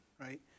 right